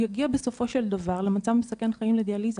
הוא יגיע בסופו של דבר למצב מסכן חיים לדיאליזה.